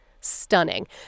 stunning